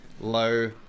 low